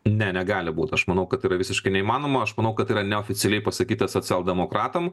ne negali būt aš manau kad tai yra visiškai neįmanoma aš manau kad tai yra neoficialiai pasakyta socialdemokratam